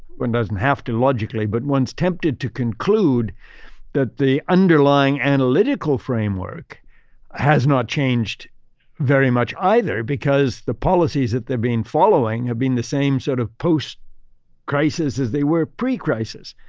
one does and have to logically, but one's tempted to conclude that the underlying analytical framework has not changed very much either because the polices that they've been following have been the same sort of post crisis, as they were, pre-crisis.